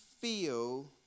feel